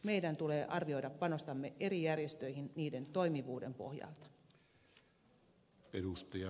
meidän tulee arvioida panostamme eri järjestöihin niiden toimivuuden pohjalta